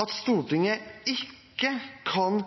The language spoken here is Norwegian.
at Stortinget ikke kan